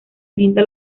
linda